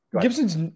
gibson's